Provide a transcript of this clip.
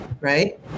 Right